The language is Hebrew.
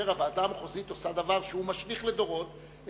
שכאשר הוועדה המחוזית עושה דבר שמשליך לדורות,